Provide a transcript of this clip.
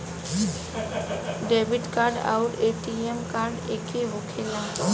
Debit card आउर ATM card एके होखेला?